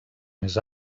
més